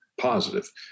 positive